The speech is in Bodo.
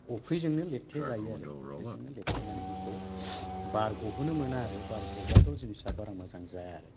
अफ्रिजोंनो लेरथेजायो आरो अफ्रिजोंनो लेरथेनानै बिखौ बार गहोनो मोना आरो बार गबाथ' जिनिसा बारा मोजां जाया आरो